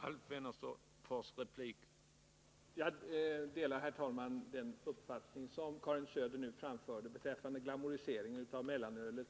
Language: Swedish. Herr talman! Jag delar den uppfattning som Karin Söder nu framförde beträffande glamoriseringen av mellanölet